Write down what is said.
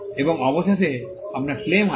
এবং অবশেষে আপনার ক্লেম আছে